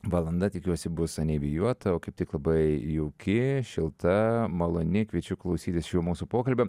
valanda tikiuosi bus anei vėjuota o kaip tik labai jauki šilta maloniai kviečiu klausytis šio mūsų pokalbio